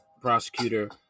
Prosecutor